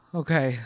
okay